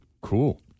Cool